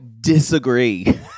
disagree